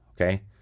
Okay